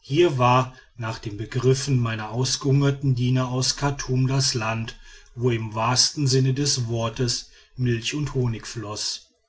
hier war nach den begriffen meiner ausgehungerten diener aus chartum das land wo im wahren sinne des wortes milch und honig floß